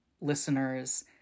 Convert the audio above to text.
listeners